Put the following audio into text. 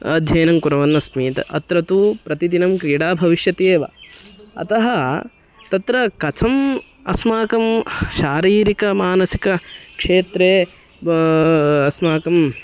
अध्ययनं कुर्वन्नस्मित् त अत्र तू प्रतिदिनं क्रीडा भविष्यति एव अतः तत्र कथम् अस्माकं शारीरिकमानसिकक्षेत्रे अस्माकं